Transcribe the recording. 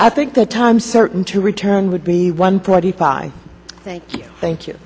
i think the time certain to return would be one forty five thank you thank you